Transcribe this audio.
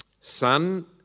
son